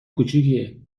کوچیکیه